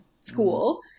school